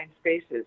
spaces